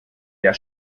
der